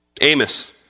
Amos